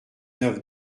neuf